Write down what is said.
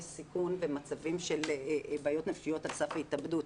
סיכון ומצבים של בעיות נפשיות על סף התאבדות.